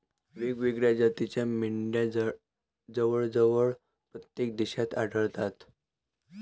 वेगवेगळ्या जातीच्या मेंढ्या जवळजवळ प्रत्येक देशात आढळतात